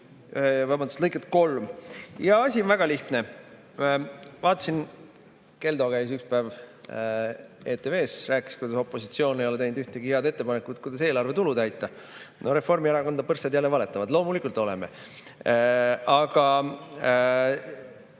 § 471lõiget 3.Asi on väga lihtne. Vaatasin, Keldo käis üks päev ETV-s ja rääkis, kuidas opositsioon ei ole teinud ühtegi head ettepanekut, kuidas eelarve tulu täita. Reformierakond on põrssad, jälle valetavad! Loomulikult oleme ja